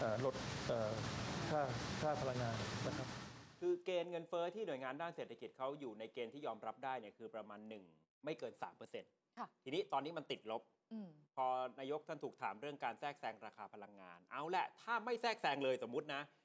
เอ่อ ลด เอ่อ ค่า- ค่าพลังงานนะครับคือเกณฑ์เงินเฟ้อที่หน่วยงานด้านเศรษฐกิจเขาอยู่ในเกณฑ์ที่ยอมรับได้เนี่ย คือประมาณ1ไม่เกิน3%ค่ะทีนี้ตอนนี้มันติดลบอืมพอนายกท่านถูกถามเรื่องการแทรกแซงราคาพลังงาน เอาแหละ ถ้าไม่แทรกแซงเลย สมมุตินะ